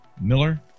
Miller